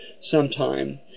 sometime